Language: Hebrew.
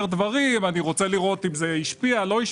דברים אי רוצה לראות אם השפיע או לא.